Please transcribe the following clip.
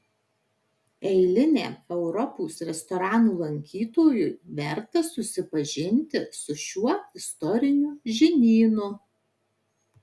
eiliniam europos restoranų lankytojui verta susipažinti su šiuo istoriniu žinynu